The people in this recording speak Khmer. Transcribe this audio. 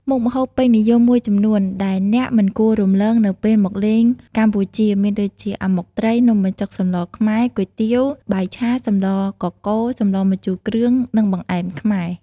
មុខម្ហូបពេញនិយមមួយចំនួនដែលអ្នកមិនគួររំលងនៅពេលមកលេងកម្ពុជាមានដូចជា អាម៉ុកត្រី នំបញ្ចុកសម្លរខ្មែរ គុយទាវ បាយឆា សម្លរកកូរ សម្លរម្ជូរគ្រឿង និងបង្អែមខ្មែរ ។